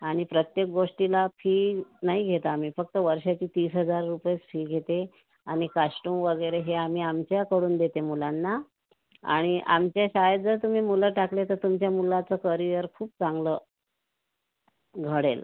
आणि प्रत्येक गोष्टीला फी नाही घेत आम्ही फक्त वर्षाची तीस हजार रुपये फी घेते आणि कास्टुम वगैरे हे आम्ही आमच्याकडून देते मुलाना आणि आमच्या शाळेत जर तुम्ही मुलं टाकली तर तुमच्या मुलाचं करिअर खूप चांगलं घडेल